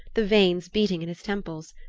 the veins beating in his temples.